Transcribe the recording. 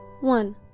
One